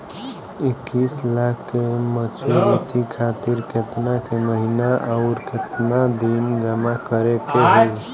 इक्कीस लाख के मचुरिती खातिर केतना के महीना आउरकेतना दिन जमा करे के होई?